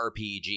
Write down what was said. rpg